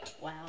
wow